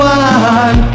one